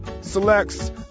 Selects